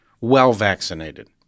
well-vaccinated